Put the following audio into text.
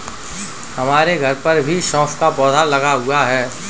हमारे घर पर भी सौंफ का पौधा लगा हुआ है